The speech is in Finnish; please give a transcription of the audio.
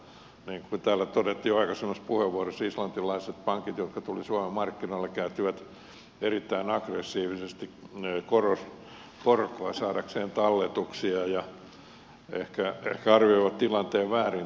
niin kuin täällä todettiin jo aikaisemmassa puheenvuorossa islantilaiset pankit jotka tulivat suomen markkinoille käyttivät erittäin aggressiivisesti korkoa saadakseen talletuksia ja ehkä arvioivat tilanteen väärin